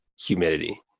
humidity